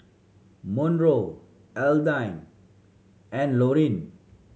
Monroe Alden and Lorrie